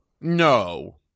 no